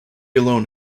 alone